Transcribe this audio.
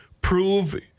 prove